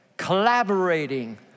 collaborating